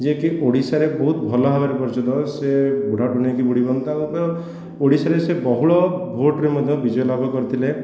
ଯିଏକି ଓଡ଼ିଶାରେ ବହୁତ ଭଲ ଭାବରେ ପରିଚିତ ଓ ସେ ଓଡ଼ିଶାରେ ସେ ବହୁଳ ଭୋଟରେ ମଧ୍ୟ ବିଜୟ ଲାଭ କରିଥିଲେ